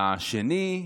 השני,